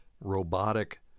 robotic